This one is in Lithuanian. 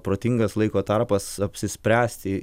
protingas laiko tarpas apsispręsti